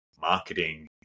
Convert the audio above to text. marketing